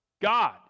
God